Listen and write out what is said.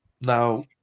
Now